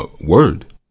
word